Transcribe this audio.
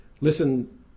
Listen